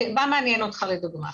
מה מעניין אותך לדוגמה?